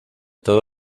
todo